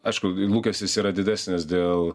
aišku lūkestis yra didesnis dėl